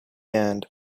end